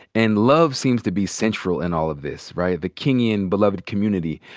and love seems to be central in all of this, right, the kingian beloved community.